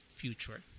future